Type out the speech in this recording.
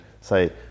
say